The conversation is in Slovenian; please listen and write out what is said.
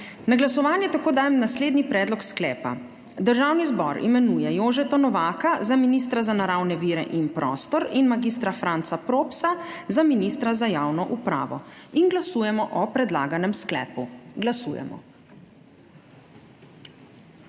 Na glasovanje tako dajem naslednji predlog sklepa: Državni zbor imenuje Jožeta Novaka za ministra za naravne vire in prostor in mag. Franca Propsa za ministra za javno upravo. In glasujemo o predlaganem sklepu. Glasujemo.